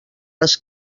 les